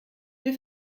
wir